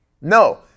no